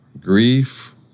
grief